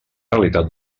realitat